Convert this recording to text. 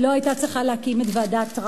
היא לא היתה צריכה להקים את ועדת-טרכטנברג,